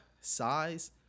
size